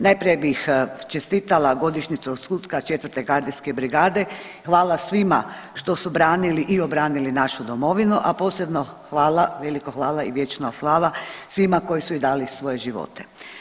Najprije bih čestitala godišnjicu osnutka 4. gardijske brigade, hvala svima što su branili i obranili našu domovinu, a posebno hvala, veliko hvala i vječno slava svima koji su i dali svoje živote.